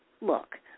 Look